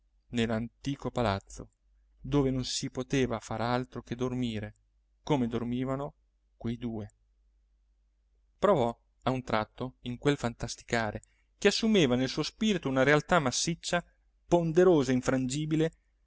nell'antico palazzo dove non si poteva far altro che dormire come dormivano quei due provò a un tratto in quel fantasticare che assumeva nel suo spirito una realtà massiccia ponderosa infrangibile